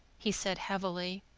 he said heavily.